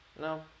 no